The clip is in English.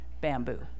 bamboo